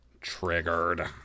Triggered